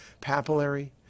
papillary